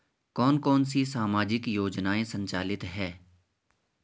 कौन कौनसी सामाजिक योजनाएँ संचालित है?